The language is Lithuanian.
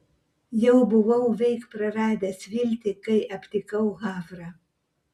jau buvau veik praradęs viltį kai aptikau havrą